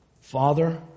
Father